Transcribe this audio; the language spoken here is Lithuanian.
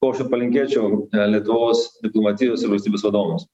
ko aš ir palinkėčiau lietuvos diplomatijos ir valstybės vadovams